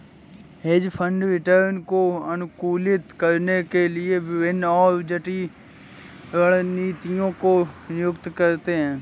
hedge fund return को अनुकूलित करने के लिए विभिन्न और जटिल रणनीतियों को नियुक्त करते हैं